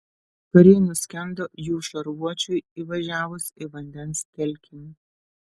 kariai nuskendo jų šarvuočiui įvažiavus į vandens telkinį